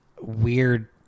weird